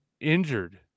injured